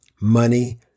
money